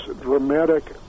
dramatic